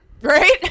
Right